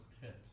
pit